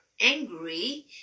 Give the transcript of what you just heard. angry